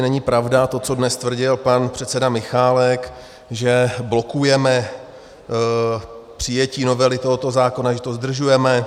Není pravda to, co dnes tvrdil pan předseda Michálek, že blokujeme přijetí novely tohoto zákona, že to zdržujeme.